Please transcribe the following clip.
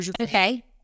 Okay